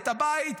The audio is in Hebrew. את הבית,